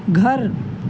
گھر